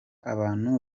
abantu